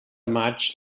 maig